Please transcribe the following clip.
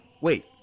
Wait